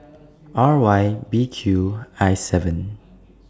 R Y B Q I seven